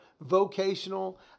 vocational